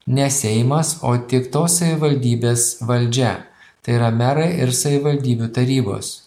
ne seimas o tik tos savivaldybės valdžia tai yra merai ir savivaldybių tarybos